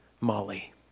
Molly